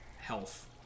health